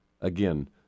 Again